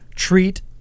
treat